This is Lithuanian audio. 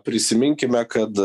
prisiminkime kad